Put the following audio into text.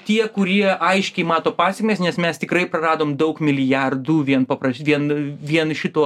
tie kurie aiškiai mato pasekmes nes mes tikrai praradom daug milijardų vien paprašyti vien vien šituo